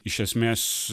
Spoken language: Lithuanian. iš esmės